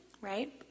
right